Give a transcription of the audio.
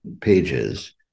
pages